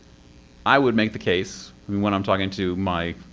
i would make the case. when when i'm talking to my